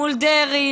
מול דרעי,